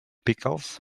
pickles